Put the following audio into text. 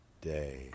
Day